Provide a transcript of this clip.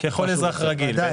ככל אזרח רגיל, בטח.